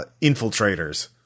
infiltrators